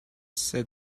said